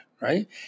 right